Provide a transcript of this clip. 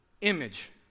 image